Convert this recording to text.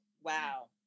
Wow